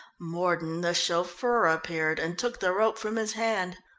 mordon, the chauffeur, appeared, and took the rope from his hand.